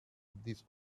this